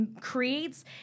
creates